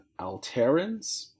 alterans